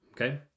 Okay